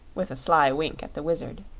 with a sly wink at the wizard.